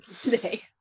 Today